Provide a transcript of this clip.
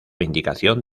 indicación